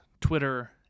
Twitter